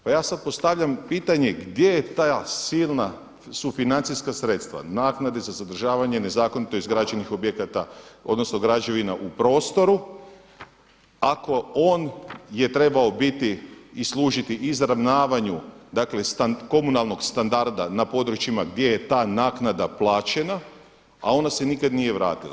Pa ja sada postavljam pitanje gdje su ta silna sufinancijska sredstva, naknade za zadržavanje nezakonito izgrađenih objekata odnosno građevina u prostoru ako on je trebao biti i služiti izravnavanju dakle komunalnog standarda na područjima gdje je ta naknada plaćena, a ona se nikad nije vratila.